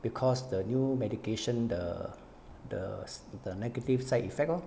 because the new medication the the the negative side effect loh